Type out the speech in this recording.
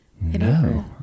No